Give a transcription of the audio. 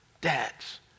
dads